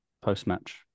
post-match